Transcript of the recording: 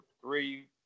three